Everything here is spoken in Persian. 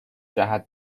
جهت